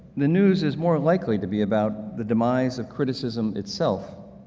the news is more likely to be about the demise of criticism itself,